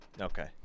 Okay